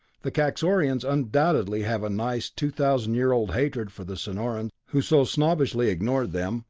the kaxorians undoubtedly have a nice, two thousand year old hatred for the sonorans who so snobbishly ignored them,